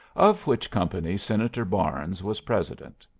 of which company senator barnes was president.